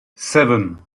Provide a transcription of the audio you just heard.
seven